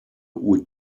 would